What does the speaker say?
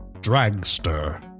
Dragster